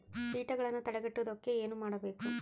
ಕೇಟಗಳನ್ನು ತಡೆಗಟ್ಟುವುದಕ್ಕೆ ಏನು ಮಾಡಬೇಕು?